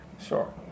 Sure